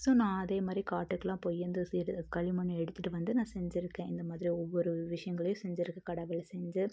so நான் அதே மாதிரி காட்டுக்கெல்லாம் போய் அந்த சிறு களிமண்ணு எடுத்துட்டு வந்து நான் செஞ்சுருக்கேன் இந்த மாதிரி ஒவ்வொரு விஷயங்களையும் செஞ்சுருக்கேன் கடவுளை செஞ்சு